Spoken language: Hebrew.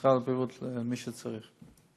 למשרד הבריאות למי שצריך,